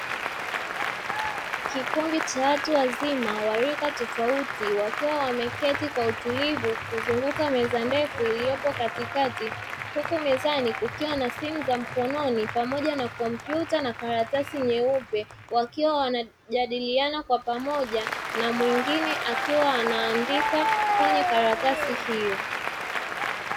Kikundi cha watu wazima wa rika tofaui wakiwa wameketi kwa utulivu kuzunguka meza ndefu iliyopo katikati, huku mezani kukiwa na simu za mkononi pamoja na kompyuta na karatasi nyeupe, wakiwa wanajadiliana kwa pamoja na mwingine akiwa anaandika kwenye karatasi hiyo.